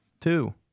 two